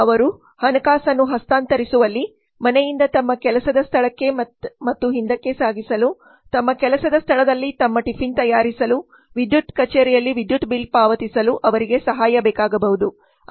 ಅವರ ಹಣಕಾಸನ್ನು ಹಸ್ತಾಂತರಿಸುವಲ್ಲಿ ಮನೆಯಿಂದ ತಮ್ಮ ಕೆಲಸದ ಸ್ಥಳಕ್ಕೆ ಮತ್ತು ಹಿಂದಕ್ಕೆ ಸಾಗಿಸಲು ತಮ್ಮ ಕೆಲಸದ ಸ್ಥಳದಲ್ಲಿ ತಮ್ಮ ಟಿಫಿನ್ ತಯಾರಿಸಲು ವಿದ್ಯುತ್ ಕಚೇರಿಯಲ್ಲಿ ವಿದ್ಯುತ್ ಬಿಲ್ ಪಾವತಿಸಲು ಅವರಿಗೆ ಸಹಾಯ ಬೇಕಾಗಬಹುದು